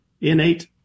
innate